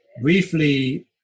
briefly